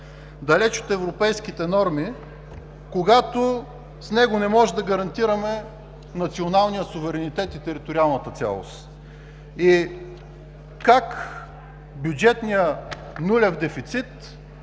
далеч от европейските норми, когато с него не може да гарантираме националния суверенитет и териториалната цялост? Как бюджетният нулев дефицит